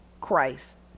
christ